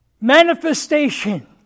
manifestation